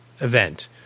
event